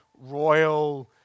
royal